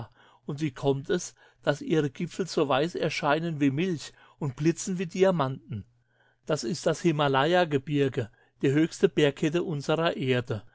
und wie kommt es daß ihre gipfel so weiß erscheinen wie milch und blitzen wie diamanten das ist das himalayagebirge die höchste bergkette unsrer erde